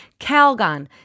Calgon